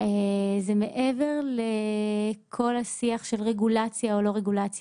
זה מעבר לכל השיח של רגולציה או לא רגולציה.